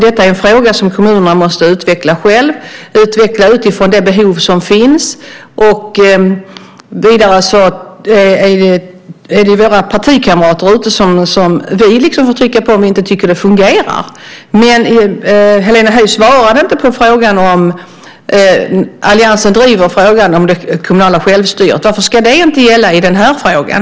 Detta är en fråga som kommunerna måste utveckla själva. De måste utveckla den utifrån det behov som finns. Vidare är det våra partikamrater där ute som vi får trycka på om vi inte tycker att det fungerar. Helena Höij svarade inte på frågan. Alliansen driver ju frågan om det kommunala självstyret. Varför ska det inte gälla i den här frågan?